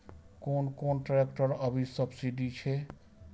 कोन कोन ट्रेक्टर अभी सब्सीडी छै?